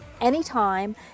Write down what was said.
anytime